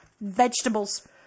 vegetables